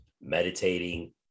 meditating